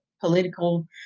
political